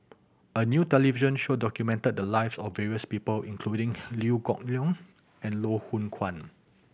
a new television show documented the lives of various people including Liew Geok Leong and Loh Hoong Kwan